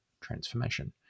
transformation